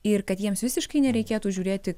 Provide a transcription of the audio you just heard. ir kad jiems visiškai nereikėtų žiūrėti